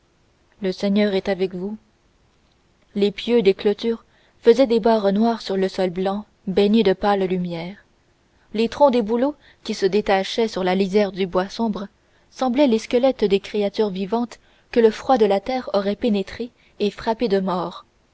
le seigneur est avec vous les pieux des clôtures faisaient des barres noires sur le sol blanc baigné de pâle lumière les troncs des bouleaux qui se détachaient sur la lisière du bois sombre semblaient les squelettes des créatures vivantes que le froid de la terre aurait pénétrées et frappées de mort